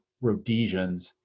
Rhodesians